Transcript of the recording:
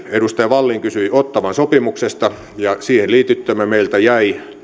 edustaja wallin kysyi ottawan sopimuksesta siihen liityttyämme meiltä jäi